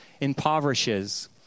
impoverishes